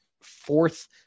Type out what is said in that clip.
fourth